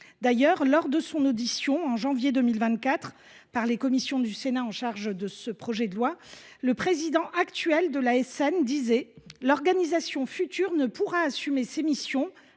D’ailleurs, lors de son audition en janvier 2024 par les commissions du Sénat chargées de ce projet de loi, le président actuel de l’ASN disait :« L’organisation future ne pourra assumer ses missions